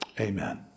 amen